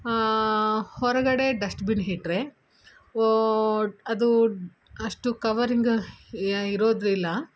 ಹೊರಗಡೆ ಡಸ್ಟ್ಬಿನ್ ಇಟ್ರೆ ಓ ಅದು ಅಷ್ಟು ಕವರಿಂಗ್ ಇರೋದಿಲ್ಲ